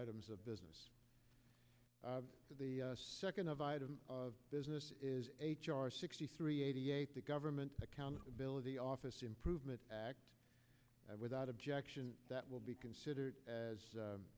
items of business the second of item of business is h r sixty three eighty eight the government accountability office improvement act without objection that will be considered as